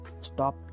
stop